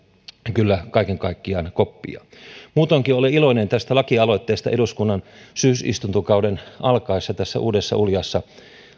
kyllä kaiken kaikkiaan koppia muutoinkin olen iloinen tästä lakialoitteesta eduskunnan syysistuntokauden alkaessa tässä uudessa uljaassa